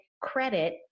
credit